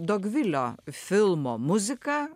dogvilio filmo muziką